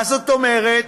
מה זאת אומרת?